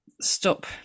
stop